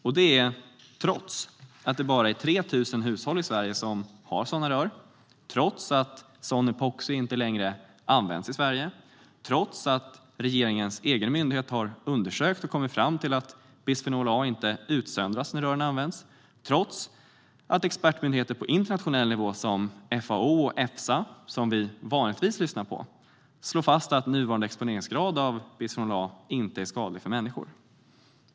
Detta sker trots att det endast är 3 000 hushåll i Sverige som har sådana rör, trots att sådan epoxi inte längre används i Sverige, trots att regeringens egen myndighet har undersökt och kommit fram till att bisfenol A inte utsöndras när rören används, trots att expertmyndigheter på internationell nivå, FAO och Efsa, som vi vanligtvis lyssnar på, slår fast att nuvarande exponeringsgrad av bisfenol A inte är skadlig för människor.